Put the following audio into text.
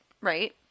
right